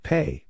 Pay